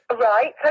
Right